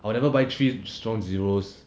I will never buy three strong zeros